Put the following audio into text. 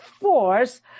force